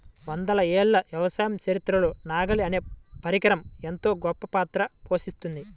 వందల ఏళ్ల వ్యవసాయ చరిత్రలో నాగలి అనే పరికరం ఎంతో గొప్పపాత్ర పోషిత్తున్నది